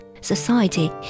society